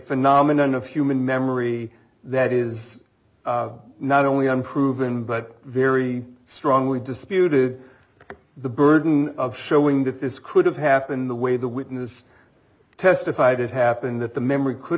phenomenon of human memory that is not only unproven but very strongly disputed the burden of showing that this could have happened the way the witness testified it happened that the memory could